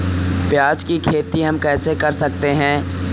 प्याज की खेती हम कैसे कर सकते हैं?